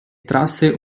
trasse